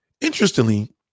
interestingly